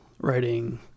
writing